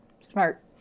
smart